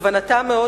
כוונתה מאוד